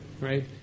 right